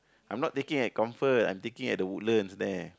I'm not taking at Comfort I'm taking at the Woodlands there